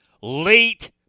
late